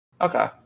okay